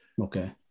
Okay